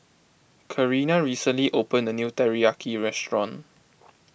Karina recently opened a new Teriyaki restaurant